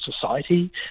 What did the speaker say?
society